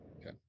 Okay